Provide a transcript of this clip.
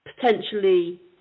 potentially